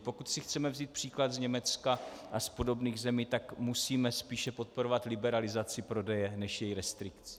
Pokud si chceme vzít příklad z Německa a z podobných zemí, tak musíme spíše podporovat liberalizaci prodeje než její restrikci.